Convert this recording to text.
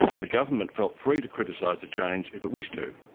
and the government felt free to criticise the change if it wished to.